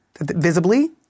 visibly